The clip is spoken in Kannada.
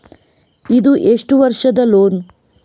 ಇದು ಎಷ್ಟು ವರ್ಷದ ಲೋನ್?